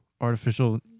artificial